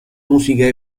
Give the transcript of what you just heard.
musica